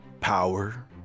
Power